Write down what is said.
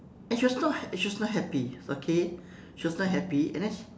and she was not ha~ she was not happy okay she was not happy and then